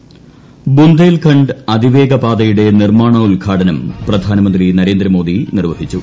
പ്രബുന്ധേൽഖണ്ഡ് അതിവേഗ പാതയുടെ നിർമ്മാണോദ്ഘാടനം പ്രധാനമന്ത്രി നരേന്ദ്രമോദി നിർവ്വഹിച്ചു